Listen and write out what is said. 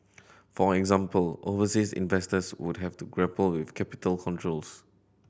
for example overseas investors would have to grapple with capital controls